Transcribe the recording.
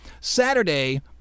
Saturday